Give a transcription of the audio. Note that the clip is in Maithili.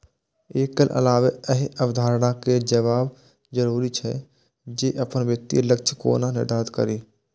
एकर अलावे एहि अवधारणा कें जानब जरूरी छै, जे अपन वित्तीय लक्ष्य कोना निर्धारित करी